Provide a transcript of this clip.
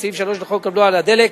וסעיף 3 לחוק הבלו על הדלק,